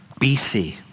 BC